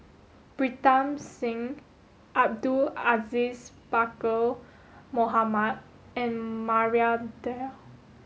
Pritam Singh Abdul Aziz Pakkeer Mohamed and Maria Dyer